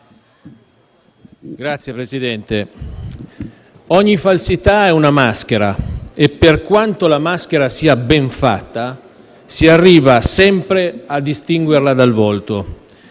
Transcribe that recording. Signor Presidente, ogni falsità è una maschera e, per quanto la maschera sia ben fatta, si arriva sempre a distinguerla dal volto.